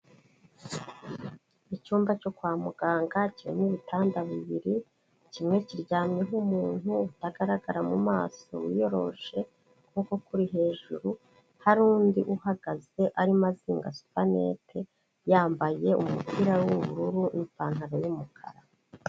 Icyumba cyo kwa muganga kirimo ibitanda bibiri, kimwe kiryamyeho umuntu utagaragara mu maso wiyoroshe ukuboko kuri hejuru, hari undi uhagaze arimo azinga supanete, yambaye umupira w'ubururu n'ipantaro y'umukara.